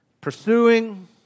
Pursuing